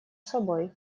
собой